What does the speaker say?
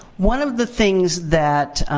one of the things that